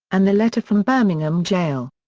and the letter from birmingham jail.